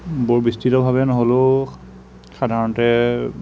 বৰ বিস্তৃতভাৱে নহ'লেও সাধাৰণতে